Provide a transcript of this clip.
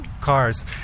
cars